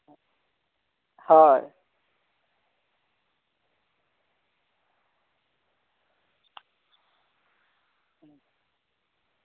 ᱦᱳᱭ